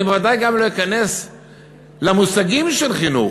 אני בוודאי גם לא אכנס למושגים של חינוך,